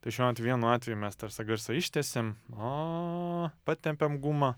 tai šiuo atveju vienu atveju mes tarsa garsą ištęsiam a patempiam gumą